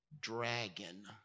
dragon